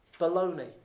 baloney